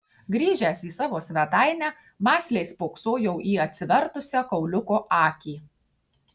grįžęs į savo svetainę mąsliai spoksojau į atsivertusią kauliuko akį